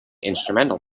instrumental